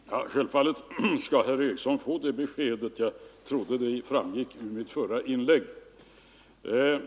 Herr talman! Självfallet skall herr Eriksson i Arvika få det beskedet - jag trodde det framgick av mitt förra inlägg.